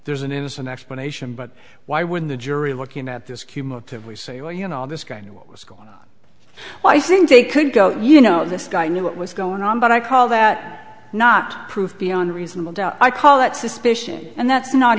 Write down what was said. there's an innocent explanation but why would the jury looking at this cumulatively say oh you know this guy knew what was going on i think they could go you know this guy knew what was going on but i call that not proof beyond a reasonable doubt i call that suspicion and that's not